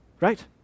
Right